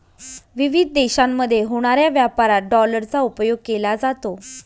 विविध देशांमध्ये होणाऱ्या व्यापारात डॉलरचा उपयोग केला जातो